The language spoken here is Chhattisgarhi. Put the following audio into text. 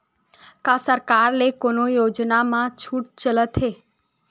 का सरकार के ले कोनो योजना म छुट चलत हे?